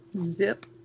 Zip